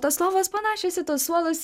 tos lovos panašios į tuos suolus